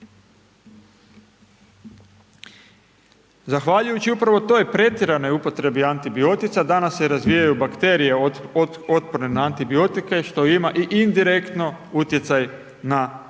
Zahvaljujući upravo toj pretjeranoj upotrebi antibiotika danas se razvijaju bakterije otporne na antibiotike što ima i indirektno utjecaj na ljudsko